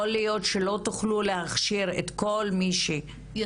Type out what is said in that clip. יכול להיות שלא תוכלו להכשיר את כל הוועדות.